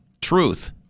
truth